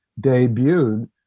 debuted